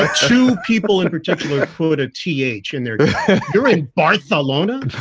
ah two people in particular. i put a t h in there during barcelona.